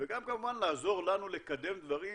וגם כמובן לעזור לנו לקדם דברים,